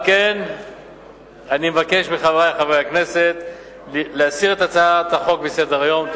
על כן אני מבקש מחברי חברי הכנסת להסיר את הצעת החוק מסדר-היום.